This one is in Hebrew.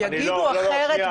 רגע,